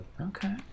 Okay